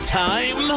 time